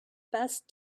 best